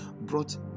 brought